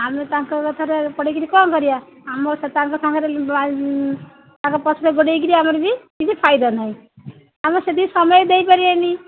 ଆମେ ତାଙ୍କ କଥାରେ ପଡ଼ିକିରି କ'ଣ କରିବା ଆମେ ତାଙ୍କ ସାଙ୍ଗରେ ତାଙ୍କ ପାଖରେ ଗୋଡ଼େଇକିରି ଆମର ବି କିଛି ଫାଇଦା ନାହିଁ ଆମେ ସେଠି ସମୟ ଦେଇପାରିବା ନି